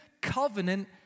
covenant